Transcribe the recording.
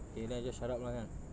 okay then I just shut up lah kan